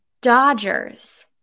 Dodgers